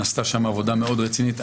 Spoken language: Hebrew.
נעשתה שם עבודה מאוד רצינית.